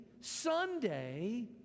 Sunday